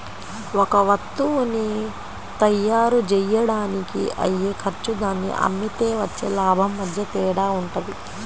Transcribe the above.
ఒక వత్తువుని తయ్యారుజెయ్యడానికి అయ్యే ఖర్చు దాన్ని అమ్మితే వచ్చే లాభం మధ్య తేడా వుంటది